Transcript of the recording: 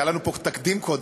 היה לנו פה תקדים קודם,